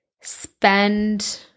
spend